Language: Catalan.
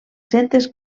centes